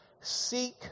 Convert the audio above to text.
seek